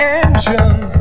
engine